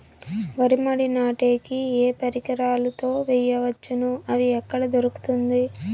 వరి మడి నాటే కి ఏ పరికరాలు తో వేయవచ్చును అవి ఎక్కడ దొరుకుతుంది?